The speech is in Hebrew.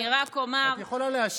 אני רק אומר, את יכולה להשיב.